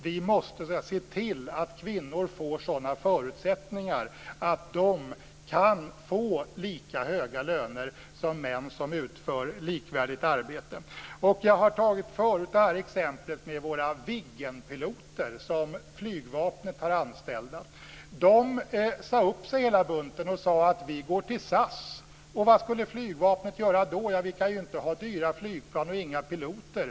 Vi måste se till att kvinnor får sådana förutsättningar att de kan få lika höga löner som män som utför likvärdigt arbete. Jag har förut tagit exemplet med våra Viggenpiloter som flygvapnet har anställda. De sade upp sig hela bundet och sade: Vi går till SAS. Vad skulle flygvapnet då göra? Vi kan ju inte ha dyra flygplan och inga piloter.